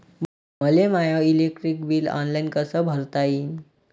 मले my electric bill online कस भरता येईन?